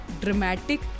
dramatic